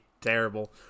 terrible